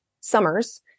summers